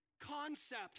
Concept